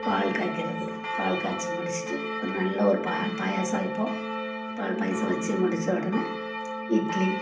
பால் காய்க்கிறது பால் காய்ச்சி முடிச்சிட்டு ஒரு நல்ல ஒரு பால் பாயாசம் வைப்போம் பால் பாயாசம் வச்சு முடிச்ச உடனே இட்லி